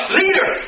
leader